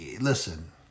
Listen